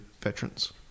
veterans